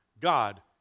God